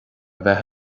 bheith